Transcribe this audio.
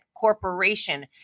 corporation